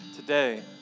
today